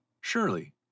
Surely